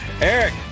Eric